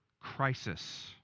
crisis